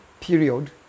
period